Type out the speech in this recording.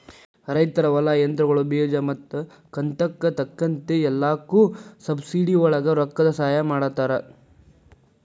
ರೈತರ ಹೊಲಾ, ಯಂತ್ರಗಳು, ಬೇಜಾ ಮತ್ತ ಕಂತಕ್ಕ ಬೇಕಾಗ ಎಲ್ಲಾಕು ಸಬ್ಸಿಡಿವಳಗ ರೊಕ್ಕದ ಸಹಾಯ ಮಾಡತಾರ